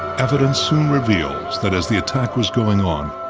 evidence soon reveals that as the attack was going on,